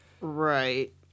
Right